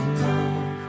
love